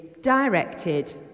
directed